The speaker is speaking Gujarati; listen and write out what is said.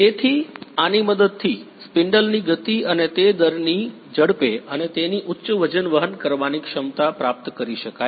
તેથી આની મદદથી સ્પિન્ડલની ગતિ અને તે દર ની ઝડપે અને તેની ઉચ્ચ વજન વહન કરવાની ક્ષમતા પ્રાપ્ત કરી શકાય છે